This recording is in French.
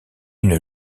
une